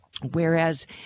whereas